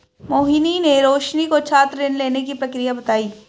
मोहिनी ने रोशनी को छात्र ऋण लेने की प्रक्रिया बताई